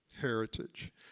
heritage